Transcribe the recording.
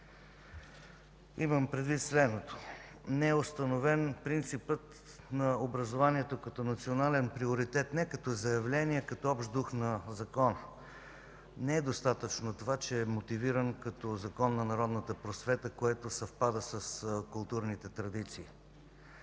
Имам предвид следното. Не е установен принципът на образованието като национален приоритет, не като заявление, а като общ дух на Закона. Не е достатъчно това, че е мотивиран като Закон за народната просвета, което съвпада с културните традиции.